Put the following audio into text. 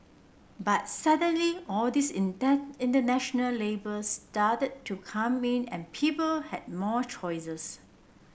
but suddenly all these international labels started to come in and people had more choices